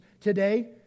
today